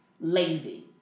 lazy